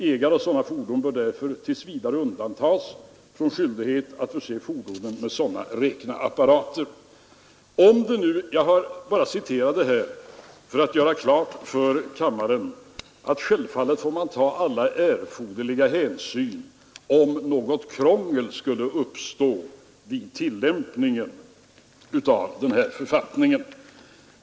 Ägare av sådana fordon bör därför t. v. undantas från skyldighet att förse fordonen med räkneapparatur.” Jag har citerat detta för att göra klart för kammaren att man självfallet får ta all erforderlig hänsyn om något krångel skulle uppstå vid tillämpningen av den här författningen.